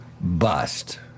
bust